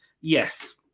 Yes